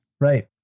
Right